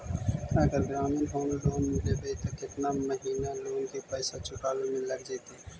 अगर ग्रामीण home loan लेबै त केतना महिना लोन के पैसा चुकावे में लग जैतै?